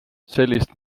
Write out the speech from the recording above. sellist